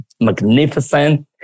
magnificent